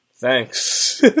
thanks